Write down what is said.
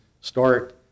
start